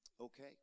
Okay